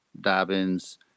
Dobbins